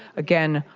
again,